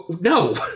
No